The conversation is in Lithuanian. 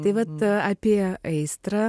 tai vat apie aistrą